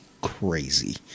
crazy